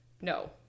No